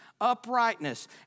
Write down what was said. uprightness